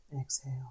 Exhale